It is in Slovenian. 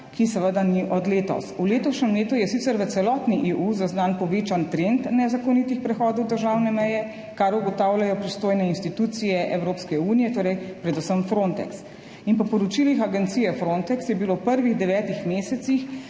ki seveda ni od letos. V letošnjem letu je sicer v celotni EU zaznan povečan trend nezakonitih prehodov državne meje, kar ugotavljajo pristojne institucije Evropske unije, torej predvsem Frontex. Po poročilih agencije Frontex je bilo v prvih devetih mesecih